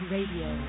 Radio